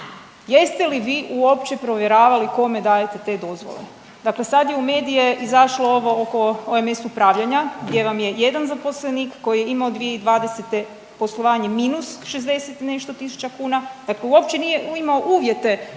Jeste li vi uopće provjeravali kome dajete te dozvole? Dakle, sad je u medije izašlo ovo oko OMS upravljanja, gdje vam je jedan zaposlenik koji je imao 2020. poslovanje minus 60 i nešto tisuća kuna, dakle uopće nije imao uvjete